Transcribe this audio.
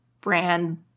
brand